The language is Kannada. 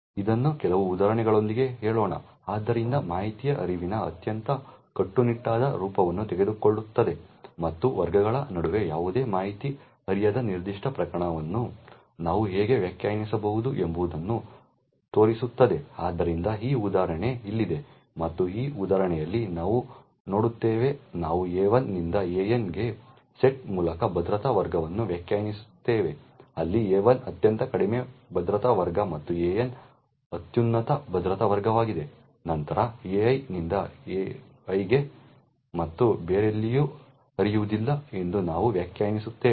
ಇದನ್ನು ಕೆಲವು ಉದಾಹರಣೆಗಳೊಂದಿಗೆ ಹೇಳೋಣ ಆದ್ದರಿಂದ ಮಾಹಿತಿಯ ಹರಿವಿನ ಅತ್ಯಂತ ಕಟ್ಟುನಿಟ್ಟಾದ ರೂಪವನ್ನು ತೆಗೆದುಕೊಳ್ಳುತ್ತದೆ ಮತ್ತು ವರ್ಗಗಳ ನಡುವೆ ಯಾವುದೇ ಮಾಹಿತಿ ಹರಿಯದ ನಿರ್ದಿಷ್ಟ ಪ್ರಕರಣವನ್ನು ನಾವು ಹೇಗೆ ವ್ಯಾಖ್ಯಾನಿಸಬಹುದು ಎಂಬುದನ್ನು ತೋರಿಸುತ್ತದೆ ಆದ್ದರಿಂದ ಈ ಉದಾಹರಣೆ ಇಲ್ಲಿದೆ ಮತ್ತು ಈ ಉದಾಹರಣೆಯಲ್ಲಿ ನಾವು ನೋಡುತ್ತೇವೆ ನಾವು A1 ನಿಂದ AN ಗೆ ಸೆಟ್ ಮೂಲಕ ಭದ್ರತಾ ವರ್ಗಗಳನ್ನು ವ್ಯಾಖ್ಯಾನಿಸುತ್ತೇವೆ ಅಲ್ಲಿ A1 ಅತ್ಯಂತ ಕಡಿಮೆ ಭದ್ರತಾ ವರ್ಗ ಮತ್ತು AN ಅತ್ಯುನ್ನತ ಭದ್ರತಾ ವರ್ಗವಾಗಿದೆ ನಂತರ AI ನಿಂದ AI ಗೆ ಮತ್ತು ಬೇರೆಲ್ಲಿಯೂ ಹರಿಯುವುದಿಲ್ಲ ಎಂದು ನಾವು ವ್ಯಾಖ್ಯಾನಿಸುತ್ತೇವೆ